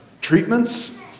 treatments